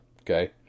okay